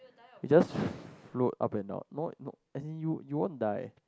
you just float up and now no no as in you you won't die